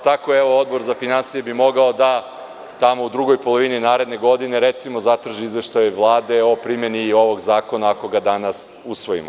Tako bi Odbor za finansije mogao da tamo u drugoj polovini naredne godine, recimo, zatraži izveštaj Vlade o primeni ovog zakona, ako ga danas usvojimo.